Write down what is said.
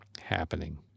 happening